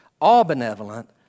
all-benevolent